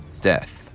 death